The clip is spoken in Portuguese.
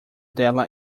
dela